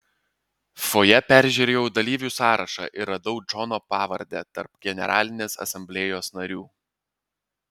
fojė peržiūrėjau dalyvių sąrašą ir radau džono pavardę tarp generalinės asamblėjos narių